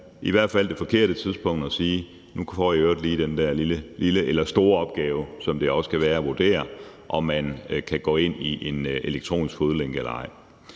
måske være det forkerte tidspunkt at sige: Nu får I i øvrigt lige den der store opgave, som det også kan være at vurdere, om man kan gå med elektronisk fodlænke eller ej.